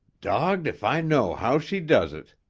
dogged if i know how she does it,